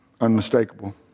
Unmistakable